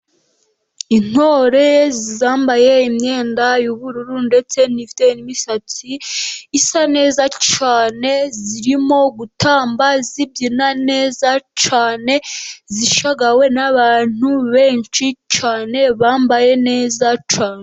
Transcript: Intore zambaye imyenda y'ubururu ndetse zifite n'imisatsi isa neza cyane. Zirimo gutamba zibyina neza cyane, zishagawe n'abantu benshi cyane bambaye neza cyane.